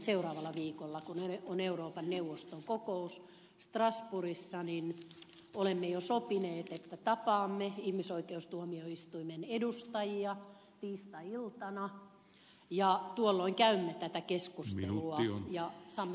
seuraavalla viikolla kun on euroopan neuvoston kokous strasbourgissa olemme jo sopineet että tapaamme ihmisoikeustuomioistuimen edustajia tiistai iltana ja tuolloin käymme tätä keskustelua ja saamme lisätietoa